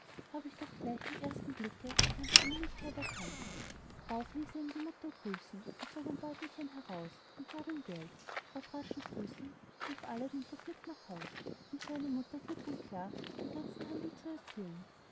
hab ich doch gleich beim ersten blicke dich an der ähnlichkeit erkannt drauf hieß er ihn die mutter grüßen und zog ein beutelchen heraus und gab ihm geld auf raschen füßen lief aladdin vergnügt nach haus um seiner mutter klipp und klar den ganzen handel zu erzählen